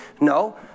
No